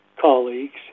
colleagues